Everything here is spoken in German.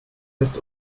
ist